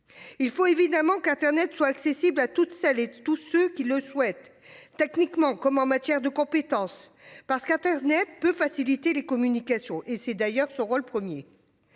Il faut évidemment qu'Internet soit accessible à toutes celles et tous ceux qui le souhaitent. Techniquement, comment en matière de compétences, parce qu'Internet peut faciliter les communications. Et c'est d'ailleurs ce rôle 1er.